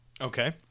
Okay